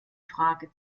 frage